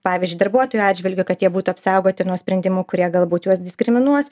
pavyzdžiui darbuotojų atžvilgiu kad jie būtų apsaugoti nuo sprendimų kurie galbūt juos diskriminuos